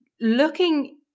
Looking